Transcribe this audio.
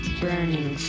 burning